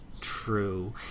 true